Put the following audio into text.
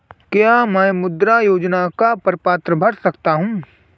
क्या मैं मुद्रा योजना का प्रपत्र भर सकता हूँ?